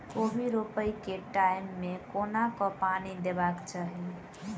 कोबी रोपय केँ टायम मे कोना कऽ पानि देबाक चही?